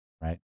right